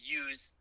use